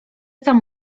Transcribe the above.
tam